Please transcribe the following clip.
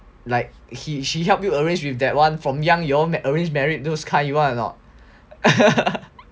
like he she help you arrange with that one from young you all arrange marriage those kind you want or not